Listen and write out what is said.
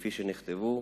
כפי שנכתבו,